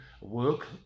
work